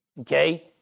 Okay